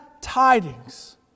tidings